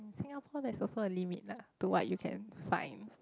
Singapore there's also a limit lah to what you can find